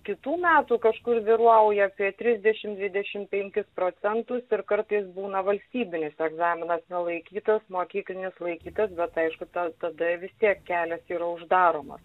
kitų metų kažkur vyrauja apie trisdešim dvidešim penkis procentus ir kartais būna valstybinis egzaminas nelaikytas mokyklinis laikytas bet aišku ta tada vis tiek kelias yra uždaromas